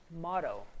motto